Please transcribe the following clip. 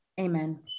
Amen